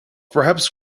perhaps